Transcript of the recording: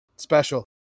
special